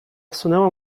wsunęła